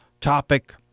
topic